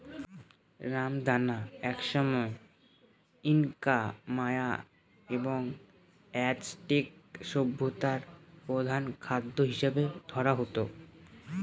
রামদানা একসময় Inca, Maya এবং অ্যাজটেক সভ্যতায় প্রধান খাদ্য হিসাবে ধরা হত